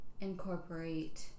incorporate